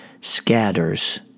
scatters